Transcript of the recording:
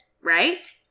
right